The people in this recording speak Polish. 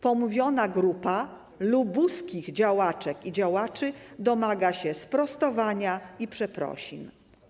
Pomówiona grupa lubuskich działaczek i działaczy domaga się sprostowania i przeprosin.